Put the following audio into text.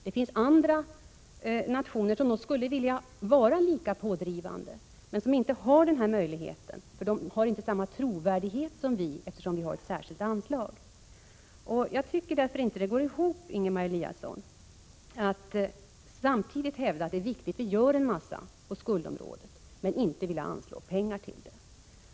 Det finns andra nationer som nog gärna skulle vilja vara lika pådrivande men som inte har denna möjlighet därför att de inte har samma trovärdighet som vi som har ett särskilt anslag för ändamålet. Jag tycker därför inte att det går ihop, Ingemar Eliasson, att hävda att det är viktigt att göra en massa saker på skuldområdet men samtidigt inte anslå några pengar till det.